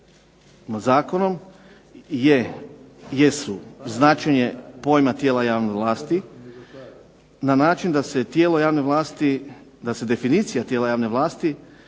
ovim zakonom jesu značenje pojma tijela javne vlasti, na način da se definicija tijela javne vlasti